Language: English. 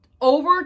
over